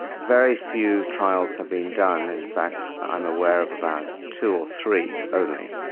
very few trials have been done. in fact i'm aware of about two or three only.